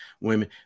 women